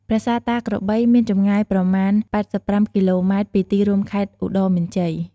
ប្រាសាទតាក្របី មានចម្ងាយប្រមាណ ៨៥គីឡូម៉ែត្រពីទីរួមខេត្តឧត្តរមានជ័យ។